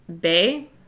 Bay